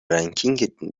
رنکینگ